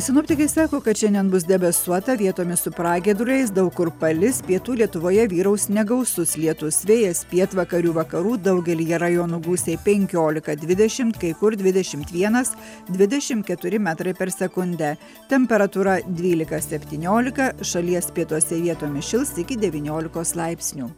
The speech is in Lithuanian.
sinoptikai sako kad šiandien bus debesuota vietomis su pragiedruliais daug kur palis pietų lietuvoje vyraus negausus lietus vėjas pietvakarių vakarų daugelyje rajonų gūsiai penkiolika dvidešimt kai kur dvidešimt vienas dvidešimt keturi metrai per sekundę temperatūra dvylika septyniolika šalies pietuose vietomis šils iki devyniolikos laipsnių